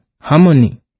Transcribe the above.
Harmony